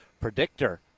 predictor